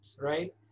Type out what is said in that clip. right